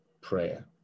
Prayer